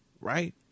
right